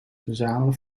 verzamelen